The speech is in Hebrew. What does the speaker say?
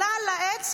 עלה על עץ,